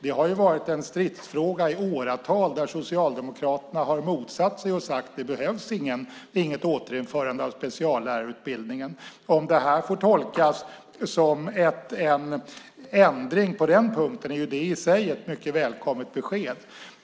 Detta har varit en stridsfråga i åratal, där Socialdemokraterna har motsatt sig detta och sagt att det inte behövs något återinförande av speciallärarutbildningen. Om det här får tolkas som en ändring på den punkten är det i sig ett mycket välkommet besked.